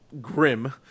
grim